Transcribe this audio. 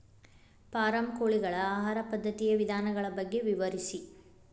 form ಕೋಳಿಗಳ ಆಹಾರ ಪದ್ಧತಿಯ ವಿಧಾನಗಳ ಬಗ್ಗೆ ವಿವರಿಸಿ